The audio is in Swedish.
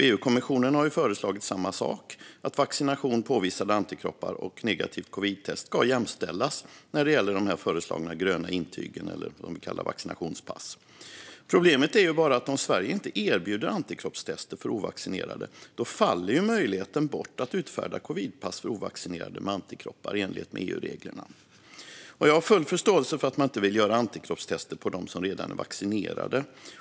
EU-kommissionen har föreslagit samma sak - att vaccination, påvisade antikroppar och negativt covidtest ska jämställas när det gäller de föreslagna gröna intygen eller vad vi kallar vaccinationspass. Problemet är bara att om Sverige inte erbjuder antikroppstester för ovaccinerade faller ju möjligheten bort att utfärda covidpass för ovaccinerade med antikroppar i enlighet med EU-reglerna. Jag har full förståelse för att man inte vill göra antikroppstester på dem som redan är vaccinerade.